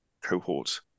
cohort